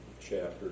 chapter